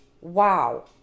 Wow